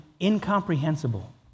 incomprehensible